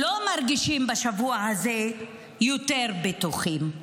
לא מרגישים בשבוע הזה יותר בטוחים.